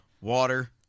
water